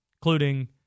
including